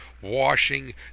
washing